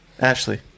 Ashley